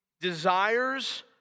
Desires